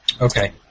Okay